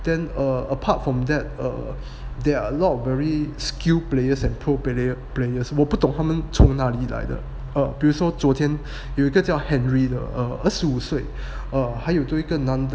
then err apart from that err there are a lot very skilled players and pro players 我不懂他们从哪里来的哦比如说昨天有一个叫 henry 的二十五岁 err 还有多一个男的